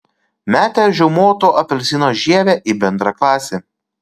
metė žiaumoto apelsino žievę į bendraklasį